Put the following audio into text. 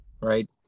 right